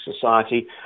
society